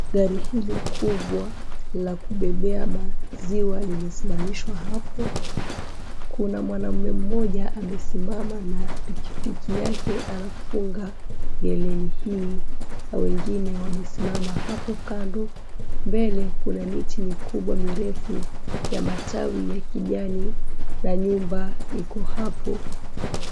Gari hili kubwa la kubebea maziwa limesimamishwa hapo. Kuna mwanaume mmoja amesimama na pikipiki yake anafunga geleni hii na wengine wamesimama apo kando. Mbele kuna miti mikubwa mirefu ya matawi ya kijani na nyumba iko hapo.